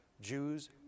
Jews